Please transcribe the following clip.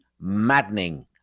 maddening